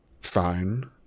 fine